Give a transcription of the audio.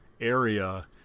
area